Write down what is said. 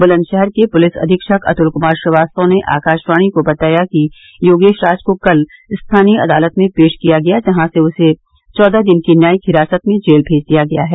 बुलंदशहर के पुलिस अधीक्षक अतुल कुमार श्रीवास्तव ने आकाशवाणी को बताया कि योगेश राज को कल स्थानीय अदालत में पेश किया गया जहां से उसे चौदह दिन की न्यायिक हिरासत में जेल भेज दिया गया है